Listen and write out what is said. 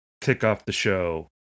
kick-off-the-show